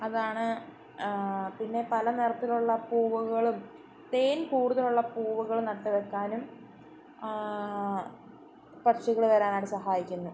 അതാണ് പിന്നെ പല നിറത്തിലുള്ള പൂവുകളും തേൻ കൂടുതലുള്ള പൂവുകള് നട്ടുവയ്ക്കാനും പക്ഷികള് വരാനായിട്ടും സഹായിക്കുന്നു